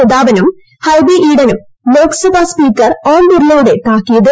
പ്രതാപനും Hibi ഈഡനും Lok Sabha speaker ഓം ബിർളയുടെ താക്കീത്